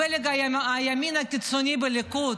פלג הימין הקיצוני בליכוד,